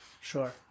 Sure